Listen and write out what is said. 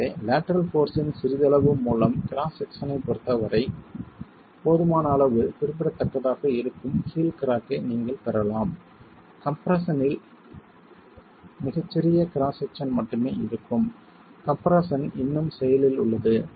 எனவே lateral force இன் சிறிதளவு மூலம் கிராஸ் செக்சனைப் பொறுத்தவரை போதுமான அளவு குறிப்பிடத்தக்கதாக இருக்கும் ஹீல் கிராக் ஐ நீங்கள் பெறலாம் கம்ப்ரெஸ்ஸன் இல் மிகச் சிறிய கிராஸ் செக்சன் மட்டுமே இருக்கும் கம்ப்ரெஸ்ஸன் இன்னும் செயலில் உள்ளது